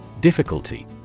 Difficulty